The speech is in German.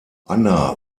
anna